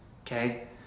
okay